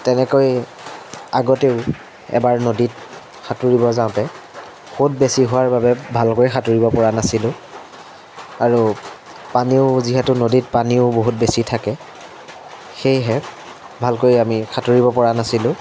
তেনেকৈ আগতেও এবাৰ নদীত সাঁতুৰিব যাওঁতে সোঁত বেছি হোৱাৰ বাবে ভালকৈ সাঁতুৰিব পৰা নাছিলোঁ আৰু পানীও যিহেতু নদীত পানীও বহুত বেছি থাকে সেয়েহে ভালকৈ আমি সাঁতুৰিব পৰা নাছিলোঁ